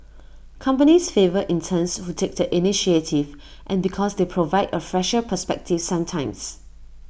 companies favour interns who take the initiative and because they provide A fresher perspective sometimes